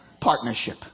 Partnership